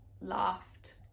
laughed